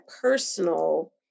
personal